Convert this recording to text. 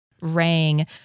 rang